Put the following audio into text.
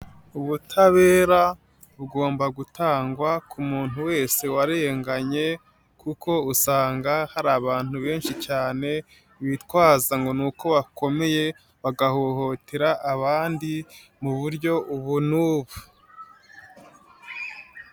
Ubutabera bugomba gutangwa ku muntu wese warenganye kuko usanga hari abantu benshi cyane bitwaza ngo ni uko bakomeye, bagahohotera abandi mu buryo ubu n'ubu.